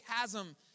chasm